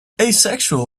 asexual